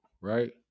Right